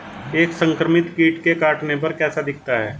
एक संक्रमित कीट के काटने पर कैसा दिखता है?